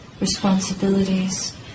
responsibilities